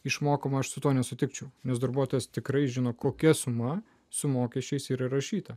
išmokama aš su tuo nesutikčiau nes darbuotojas tikrai žino kokia suma su mokesčiais ir įrašyta